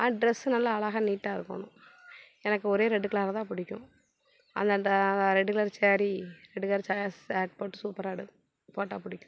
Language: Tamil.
அண்ட் ட்ரெஸு நல்லா அழகா நீட்டாக இருக்கணும் எனக்கு ஒரே ரெட்டு கலராக தான் பிடிக்கும் அந்த அந்த red colour sari red colour சா சாரீ போட்டு சூப்பராக எடுக்கணும் ஃபோட்டா பிடிக்கும்